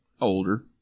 older